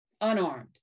unarmed